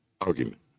argument